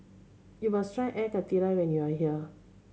you must try Air Karthira when you are here